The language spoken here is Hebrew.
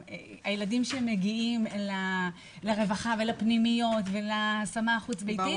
הילדים שמגיעים לרווחה ולפנימיות ולהשמה חוץ-ביתית,